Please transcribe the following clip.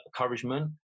encouragement